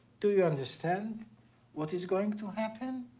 do you understand what is going to happen?